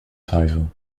title